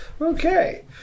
Okay